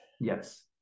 yes